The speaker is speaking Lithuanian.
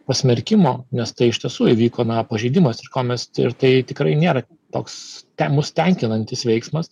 pasmerkimo nes tai iš tiesų įvyko na pažeidimas ir ko mes ir tai tikrai nėra toks ten mus tenkinantis veiksmas